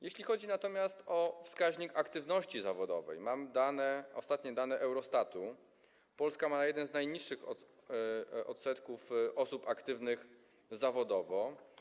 Jeśli chodzi natomiast o wskaźnik aktywności zawodowej - mam ostatnie dane Eurostatu - to Polska ma jeden z najniższych odsetków osób aktywnych zawodowo.